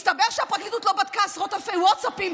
מסתבר שהפרקליטות לא בדקה עשרות אלפי ווטסאפים,